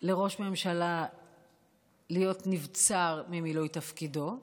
שראש ממשלה יהיה נבצר ממילוי תפקידו,